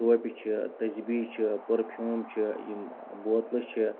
ٹوپہِ چھِ تسبیٖح چھِ پٔرفیوٗم چھِ یِم بوتلہٕ چھِ